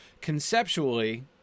conceptually